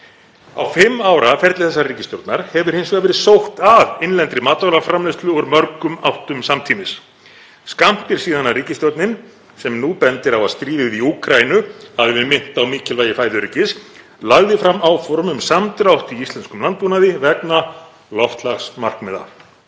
Á fimm ára ferli þessarar ríkisstjórnar hefur hins vegar verið sótt að innlendri matvælaframleiðslu úr mörgum áttum samtímis. Skammt er síðan ríkisstjórnin, sem nú bendir á að stríðið í Úkraínu hafi minnt á mikilvægi fæðuöryggis, lagði fram áform um samdrátt í íslenskum landbúnaði vegna loftslagsmarkmiða.